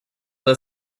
der